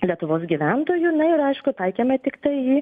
lietuvos gyventojų na ir aišku taikėme tiktai į